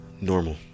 normal